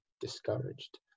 discouraged